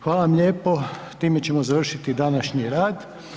Hvala vam lijepo, time ćemo završiti današnji rad.